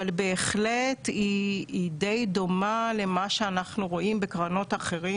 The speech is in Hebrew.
אבל בהחלט היא די דומה למה שאנחנו רואים בקרנות אחרות